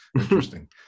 interesting